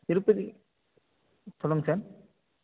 திருப்பதி சொல்லுங்க சார்